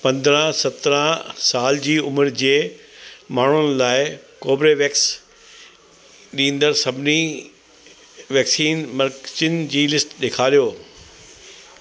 पंद्रहं सत्रहं साल जी उमिरि जे माण्हुनि लाइ कोर्बीवेक्स ॾींदड़ सभिनी वैक्सीन मर्कज़नि जी लिस्ट ॾेखारियो